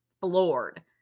floored